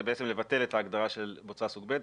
זה בעצם ביטול ההגדרה של בוצה סוג ב'.